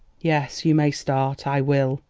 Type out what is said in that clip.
yes, you may start i will.